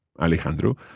Alejandro